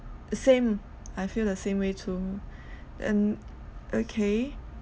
same I feel the same way too and okay